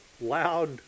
loud